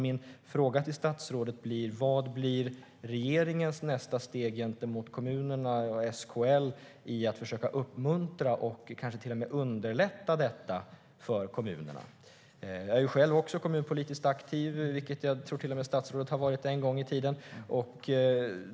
Min fråga till statsrådet är: Vad blir regeringens nästa steg gentemot kommunerna och SKL när det gäller att försöka uppmuntra och kanske till och med underlätta detta för kommunerna? Jag är själv också kommunpolitiskt aktiv, och jag tror att till och med statsrådet har varit det en gång i tiden.